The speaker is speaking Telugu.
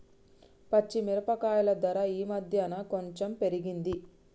పచ్చి మిరపకాయల ధర ఈ మధ్యన కొంచెం పెరిగింది